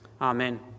Amen